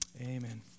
amen